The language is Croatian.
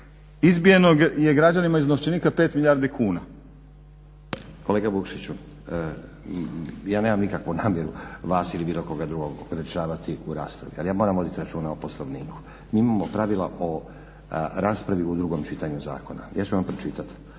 izbijeno je građanima iz novčanika 5 milijardi kuna. **Stazić, Nenad (SDP)** Kolega Vukšiću, ja nemam nikakvu namjeru vas ili bilo koga drugog ograničavati u raspravi ali ja moram voditi računa o Poslovniku. Mi imamo pravila o raspravi u drugom čitanju zakona, ja ću vam pročitat: